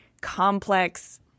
complex